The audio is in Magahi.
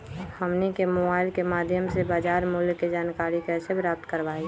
हमनी के मोबाइल के माध्यम से बाजार मूल्य के जानकारी कैसे प्राप्त करवाई?